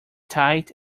tight